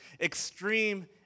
extreme